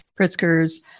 Pritzker's